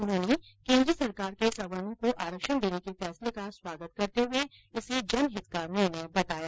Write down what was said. उन्होंने केन्द्र सरकार के संवर्णो को आरक्षण देने के फैसले का स्वागत करते हुए इसे जनहित का निर्णय बताया